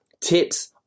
tips